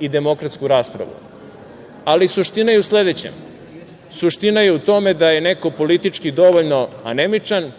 i demokratsku raspravu. Ali, suština je u tome da je neko politički dovoljno anemičan,